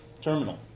terminal